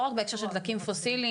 לא רק בהקשר של דלקים פוסיליים.